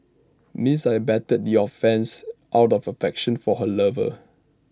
Miss I abetted your offences out of affection for her lover